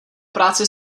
práci